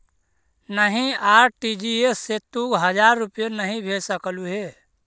नहीं, आर.टी.जी.एस से तू हजार रुपए नहीं भेज सकलु हे